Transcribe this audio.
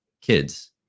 kids